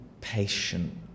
patient